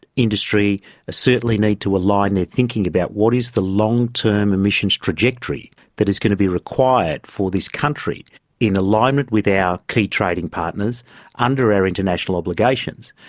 industry certainly need to align their thinking about what is the long-term emissions trajectory that is going to be required for this country in alignment with our key trading partners under our international obligations.